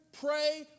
pray